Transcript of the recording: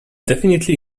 definitely